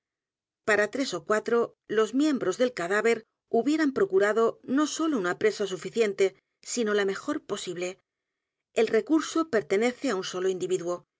p a r a t r e s ó cuatro los miembros del cadáver hubieran procurado no sólo u n a presa suficiente sino la mejor posible el recurso pertenece á u n solo individuo